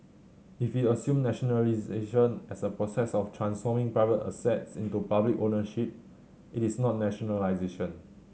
if we assume nationalisation as the process of transforming private assets into public ownership it is not nationalisation